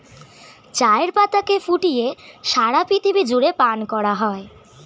চায়ের পাতাকে ফুটিয়ে সারা পৃথিবী জুড়ে পান করা হয়